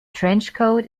trenchcoat